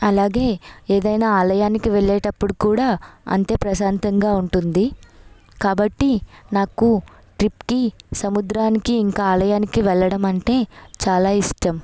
అలాగే ఏదైనా ఆలయానికి వెళ్ళేటప్పుడు కూడా అంతే ప్రశాంతంగా ఉంటుంది కాబట్టి నాకు ట్రిప్కి సముద్రానికి ఇంకా ఆలయానికి వెళ్ళడం అంటే చాలా ఇష్టం